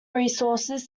resources